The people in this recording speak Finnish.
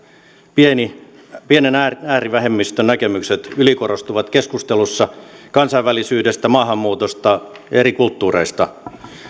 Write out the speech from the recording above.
pienen äärivähemmistön näkemykset ylikorostuvat keskustelussa kansainvälisyydestä maahanmuutosta ja eri kulttuureista